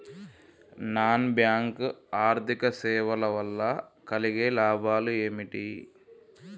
Non bank ఆర్థిక సేవల వల్ల కలిగే లాభాలు ఏమిటి?